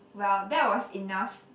well that was enough